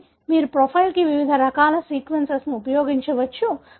కాబట్టి మీరు ప్రొఫైల్కు వివిధ రకాల సీక్వెన్స్లను ఉపయోగించవచ్చు